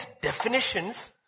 definitions